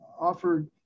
offered